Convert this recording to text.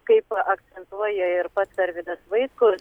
kaip akcentuoja ir pats arvydas vaitkus